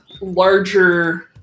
larger